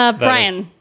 ah brian,